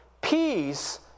Peace